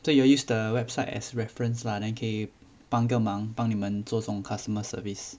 so y'all use the website as reference lah then 可以帮个忙帮你们做这种 customer service